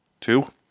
Two